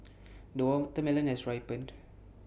the watermelon has ripened